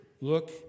Look